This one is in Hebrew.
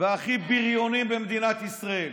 והכי בריונים במדינת ישראל.